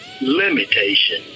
limitation